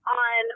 on